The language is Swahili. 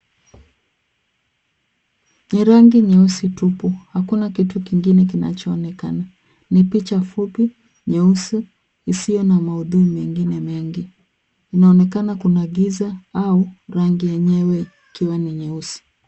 Ni rangi nyeusi tupu, hakuna kitu kingine kinachoonekana. Ni picha fupi nyeusi isiyo na maudhui mengine mengi. Inaonekana kuna giza au rangi yenyewe ikiwa ni nyeusi.